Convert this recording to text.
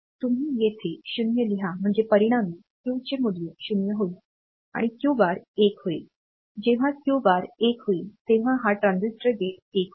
तर तुम्ही येथे 0 लिहा म्हणजे परिणामी Q चे मूल्य 0 होईल आणि क्यू बार 1 होईल जेव्हा क्यू बार 1 होईल तेव्हा हा ट्रान्झिस्टर गेट 1 होईल